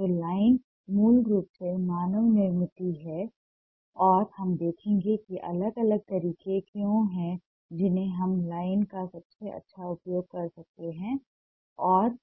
तो लाइन मूल रूप से मानव निर्मित है और हम देखेंगे कि अलग अलग तरीके क्या हैं जिन्हें हम लाइन का सबसे अच्छा उपयोग कर सकते हैं और